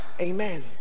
Amen